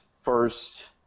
first